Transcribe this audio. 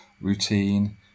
routine